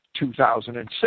2006